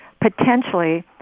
potentially